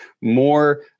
more